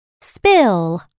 Spill